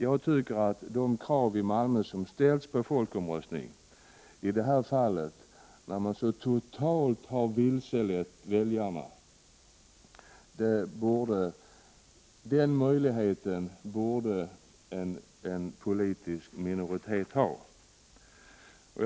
Jag tycker att sådana krav på folkomröstning som ställs i Malmö i detta fall, när man så totalt har vilselett väljarna, borde en politisk minoritet ha rätt att ställa. Herr talman!